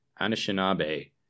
anishinaabe